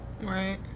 Right